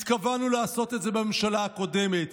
התכוונו לעשות את זה בממשלה הקודמת.